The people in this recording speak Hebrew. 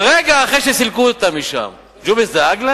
אבל רגע אחרי שסילקו אותם משם ג'ומס דאג להם?